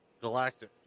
Galactic